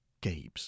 Gabe's